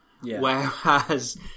Whereas